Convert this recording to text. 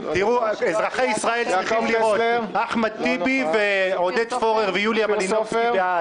יעקב טסלר לא נוכח אופיר סופר,